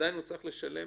ועדיין הוא צריך לשלם,